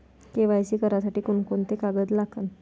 KYC करासाठी कोंते कोंते कागद लागन?